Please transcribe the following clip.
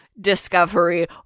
discovery